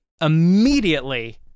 immediately